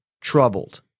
troubled